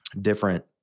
different